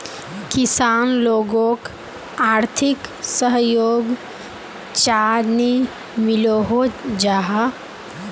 किसान लोगोक आर्थिक सहयोग चाँ नी मिलोहो जाहा?